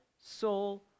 soul